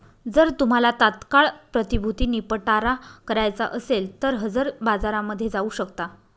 जर तुम्हाला तात्काळ प्रतिभूती निपटारा करायचा असेल तर हजर बाजारामध्ये जाऊ शकता